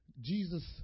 Jesus